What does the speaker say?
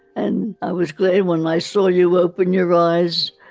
and i was glad when i saw you open your eyes.